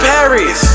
Paris